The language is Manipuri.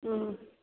ꯎꯝ